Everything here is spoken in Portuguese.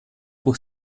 por